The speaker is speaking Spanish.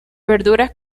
verduras